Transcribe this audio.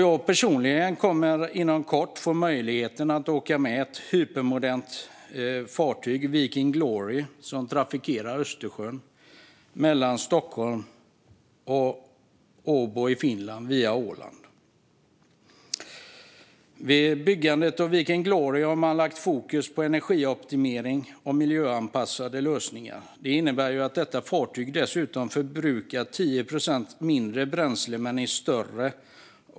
Jag kommer inom kort att få möjlighet att åka med ett hypermodernt fartyg, Viking Glory, som trafikerar Östersjön mellan Stockholm och Åbo i Finland via Åland. Vid byggandet av Viking Glory har man lagt fokus på energioptimering och miljöanpassade lösningar. Det innebär att detta fartyg förbrukar 10 procent mindre bränsle trots att det är större.